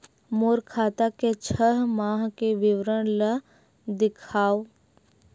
मोर खाता के छः माह के विवरण ल दिखाव?